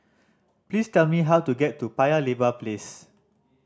please tell me how to get to Paya Lebar Place